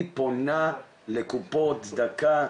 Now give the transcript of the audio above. היא פונה לקופות צדקה,